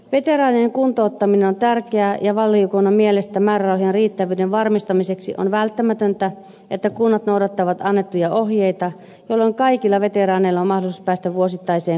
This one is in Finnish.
veteraanien kuntouttaminen on tärkeää ja valiokunnan mielestä määrärahojen riittävyyden varmistamiseksi on välttämätöntä että kunnat noudattavat annettuja ohjeita jolloin kaikilla veteraaneilla on mahdollisuus päästä vuosittaiseen kuntoutukseen